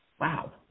Wow